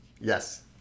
Yes